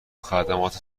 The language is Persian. خدمات